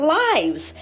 lives